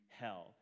hell